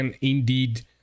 indeed